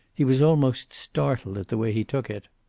he was almost startled at the way he took it.